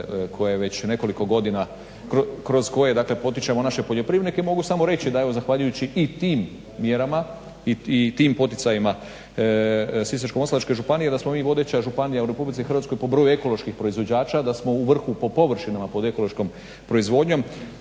koje već nekoliko godina, kroz koje dakle potičemo naše poljoprivrednike i mogu samo reći da evo zahvaljujući i tim mjerama i tim poticajima Sisačko-Moslavačke županije da smo mi vodeća županija u Republici Hrvatskoj po broju ekoloških proizvođača, da smo u vrhu po površinama pod ekološkom proizvodnjom,